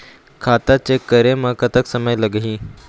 खाता चेक करे म कतक समय लगही?